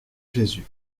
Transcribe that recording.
jésus